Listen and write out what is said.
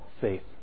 faith